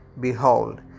Behold